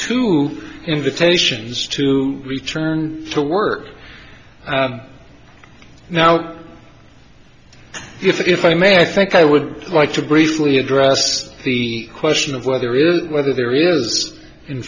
to invitations to return to work now if i may i think i would like to briefly address the question of whether is whether there is in